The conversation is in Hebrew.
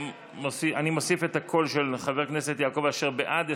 ואני מוסיף את הקול של חבר הכנסת יעקב אשר בעד,